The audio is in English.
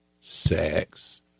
sex